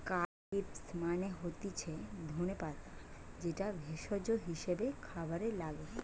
কারী leaves মানে হতিছে ধনে পাতা যেটা ভেষজ হিসেবে খাবারে লাগে